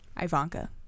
Ivanka